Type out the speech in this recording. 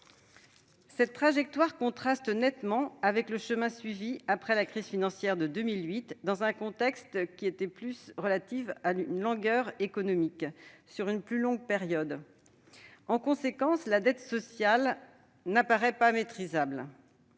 Cette trajectoire contraste nettement avec le chemin suivi après la crise financière de 2008, dans un contexte de langueur économique sur une plus longue période. Pour ces raisons, la dette sociale n'apparaît pas maîtrisable.